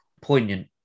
poignant